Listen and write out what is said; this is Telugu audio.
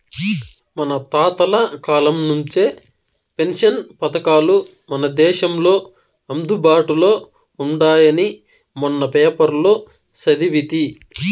మన తాతల కాలం నుంచే పెన్షన్ పథకాలు మన దేశంలో అందుబాటులో ఉండాయని మొన్న పేపర్లో సదివితి